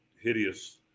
hideous